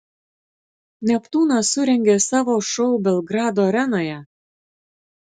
neptūnas surengė savo šou belgrado arenoje